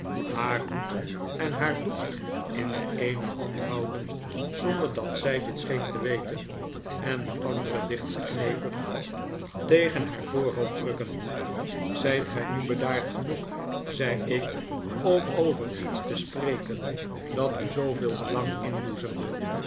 haar hoed en haar doek in de eene hand houdend zonder dat zij dit scheen te weten en de andere dichtgeknepen tegen haar voorhoofd drukkend zijt gij nu bedaard genoeg zei ik om over iets te spreken dat u zooveel belang inboezemde ik